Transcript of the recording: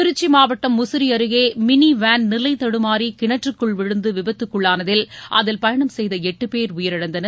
திருச்சி மாவட்டம் முசிறி அருகே mini van நிலை தடுமாறி கிணற்றுக்குள் விழுந்து விபத்துக்கு உள்ளானதில் அதில் பயணம் செய்த எட்டு பேர் உயிரிழந்தனர்